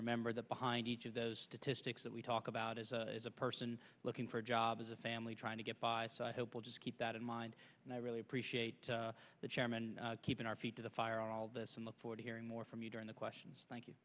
remember that behind each of those statistics that we talk about as a person looking for a job as a family trying to get by i hope i'll just keep that in mind and i really appreciate the chairman keeping our feet to the fire on all this on the floor to hearing more from you during the questions thank you